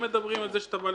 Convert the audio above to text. זה שאתה בא לקראתנו.